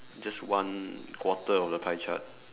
just one quarter of the pie chart